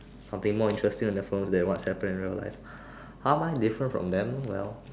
something more interesting on their phones they WhatsApping in real like how am I different from them well